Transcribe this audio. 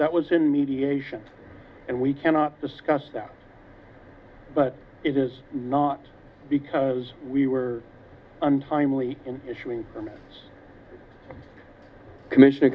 that was in mediation and we cannot discuss that but it is not because we were untimely in issuing this commission